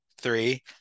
three